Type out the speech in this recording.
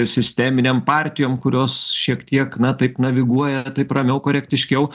sisteminėm partijom kurios šiek tiek na taip naviguoja taip ramiau korektiškiau